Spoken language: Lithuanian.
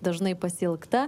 dažnai pasiilgta